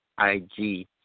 IG